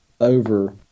over